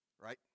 right